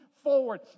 forward